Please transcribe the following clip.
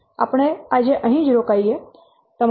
આપણે અહીં જ રોકાઈએ છીએ